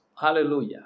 Hallelujah